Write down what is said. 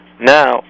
Now